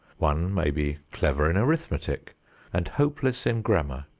one may be clever in arithmetic and hopeless in grammar.